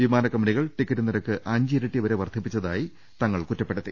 വിമാനക്കമ്പനി കൾ ടിക്കറ്റ് നിരക്ക് അഞ്ചിരട്ടിവരെ വർദ്ധിപ്പിച്ചതായി തങ്ങൾ കുറ്റപ്പെടുത്തി